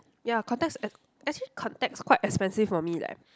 ya contacts ac~ actually contacts quite expensive for me leh